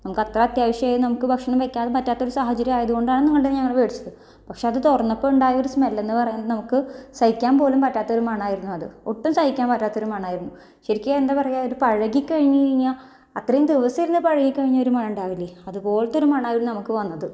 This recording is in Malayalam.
നമുക്കത്ര അത്യാവശ്യായി നമുക്ക് ഭക്ഷണം വെക്കാൻ പറ്റാത്തൊരു സാഹചര്യമായത് കൊണ്ടാണ് ഞങ്ങള് നിങ്ങളുടേതിൽ നിന്ന് ഞങ്ങള് മേടിച്ചത് പക്ഷേ അത് തുറന്നപ്പോൾ ഉണ്ടായൊരു സ്മെല്ലെന്ന് പറയുന്നത് സഹിക്കാൻ പോലും പറ്റാത്തൊരു മണായിരുന്നു അത് ഒട്ടും സഹിക്കാൻ പറ്റാത്തൊരു മണായിരുന്നു ശരിക്കും എന്താ പറയുക ഇത് പഴകി കഴിഞ്ഞ് കഴിഞ്ഞാൽ അത്രയും ദിവസം പഴകി കഴിഞ്ഞാൽ ഒരു മണമൊക്കെ ഉണ്ടാവില്ലെ അതുപോലത്തെ ഒരു മണമായിരുന്നു വന്നത്